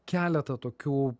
keletą tokių